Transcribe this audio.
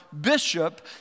bishop